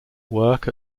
work